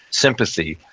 sympathy,